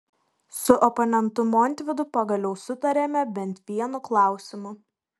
su oponentu montvydu pagaliau sutarėme bent vienu klausimu